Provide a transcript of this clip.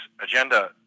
agenda